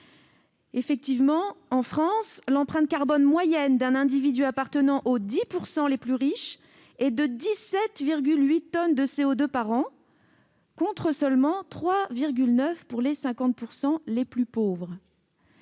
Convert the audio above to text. le plus. En France, l'empreinte carbone moyenne d'un individu appartenant aux 10 % les plus riches est de 17,8 tonnes de CO2 par an, contre seulement 3,9 tonnes pour les 50 % les plus pauvres.